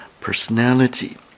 personality